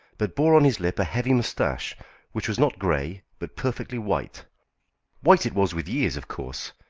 but bore on his lip a heavy moustache which was not grey, but perfectly white white it was with years of course,